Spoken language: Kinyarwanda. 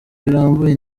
birambuye